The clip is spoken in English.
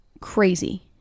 crazy